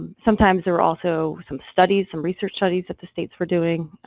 sometimes there were also some studies, some research studies, that the states were doing,